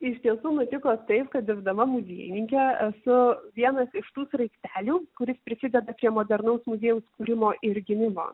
iš tiesų nutiko taip kad dirbdama muziejininke esu vienas iš tų sraigtelių kuris prisideda prie modernaus muziejaus kūrimo ir gimimo